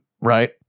Right